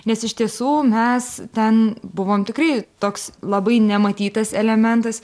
nes iš tiesų mes ten buvom tikrai toks labai nematytas elementas